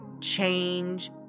change